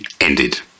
ended